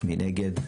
מי נגד?